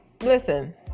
listen